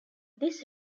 this